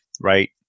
right